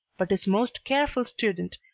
but his most careful student,